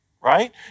right